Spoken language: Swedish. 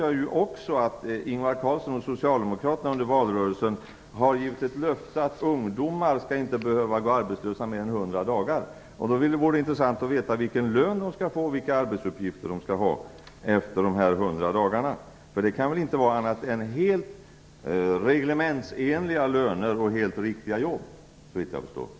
Jag vet också att Ingvar Carlsson och Socialdemokraterna under valrörelsen avgivit löftet att ungdomar inte skall behöva gå arbetslösa mer än hundra dagar. Det vore i det sammanhanget intressant att få veta vilken lön och vilka arbetsuppgifter de skall få efter dessa hundra dagar. Det kan väl inte handla om annat än helt reglementsenliga löner och helt riktiga jobb, såvitt jag förstår.